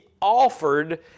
offered